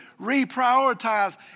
reprioritize